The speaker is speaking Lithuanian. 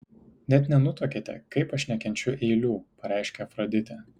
net nenutuokiate kaip aš nekenčiu eilių pareiškė afroditė